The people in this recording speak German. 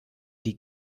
die